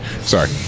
sorry